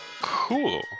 Cool